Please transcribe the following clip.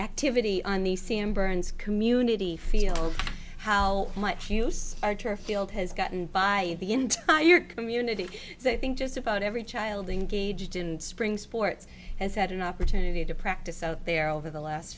activity on the c m burns community feel how much larger field has gotten by the entire community so i think just about every child in spring sports has had an opportunity to practice out there over the last